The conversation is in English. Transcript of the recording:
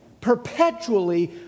perpetually